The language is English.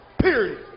Period